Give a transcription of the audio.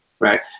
Right